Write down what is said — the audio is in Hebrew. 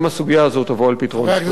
גם הסוגיה הזאת תבוא על פתרונה.